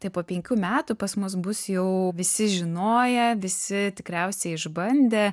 tai po penkių metų pas mus bus jau visi žinoję visi tikriausiai išbandę